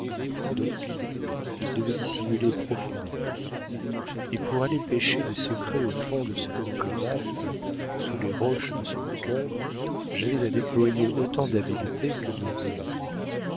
donc il devait dissimuler profondément et pour aller pêcher des secrets au fond de ce diplomate sous les roches de son cœur j'avais à déployer autant d'habileté que de ruse